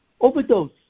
overdose